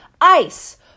Ice